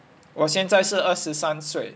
我现在是二十三岁